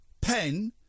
pen